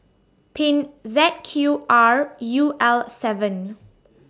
Pink Z Q R U L seven